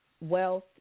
wealth